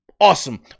awesome